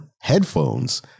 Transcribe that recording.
headphones